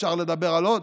אפשר לדבר על עוד,